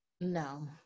no